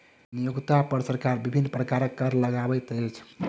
नियोक्ता पर सरकार विभिन्न प्रकारक कर लगबैत अछि